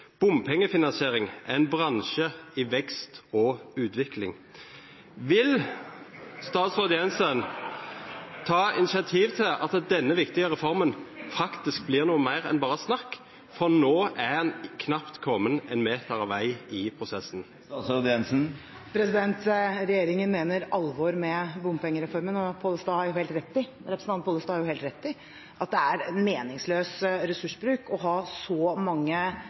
en bransje i vekst og utvikling.» Vil statsråd Jensen ta initiativ til at denne viktige reformen faktisk blir noe mer enn bare snakk? For nå har en knapt kommet en meter vei i prosessen. Regjeringen mener alvor med bompengereformen, og representanten Pollestad har helt rett i at det er en meningsløs ressursbruk å ha så mange